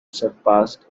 surpassed